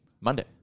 Monday